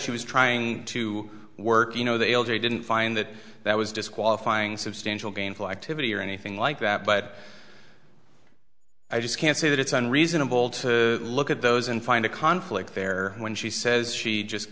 she was trying to work you know the elderly didn't find that that was disqualifying substantial gainful activity or anything like that but i just can't say that it's unreasonable to look at those and find a conflict there when she says she just